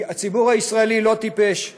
הציבור הישראלי לא טיפש.